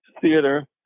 Theater